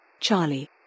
Charlie